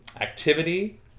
activity